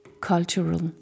cultural